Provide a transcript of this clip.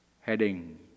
heading